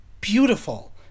beautiful